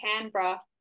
canberra